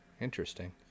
interesting